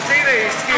הנה, היא הסכימה.